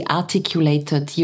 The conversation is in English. articulated